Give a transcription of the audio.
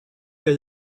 del